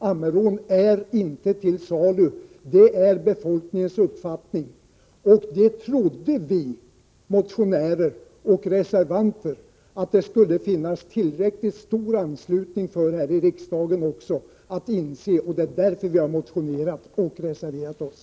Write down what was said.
Ammerån är inte till salu, det är befolkningens uppfattning. Vi motionärer och reservanter trodde att det skulle finnas tillräckligt stor anslutning för denna uppfattning också här i riksdagen. Det är därför vi har motionerat och reserverat oss.